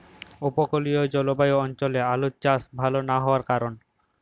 উপকূলীয় জলবায়ু অঞ্চলে আলুর চাষ ভাল না হওয়ার কারণ?